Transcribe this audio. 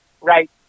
right